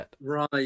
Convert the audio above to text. Right